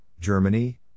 Germany